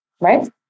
right